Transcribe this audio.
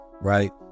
right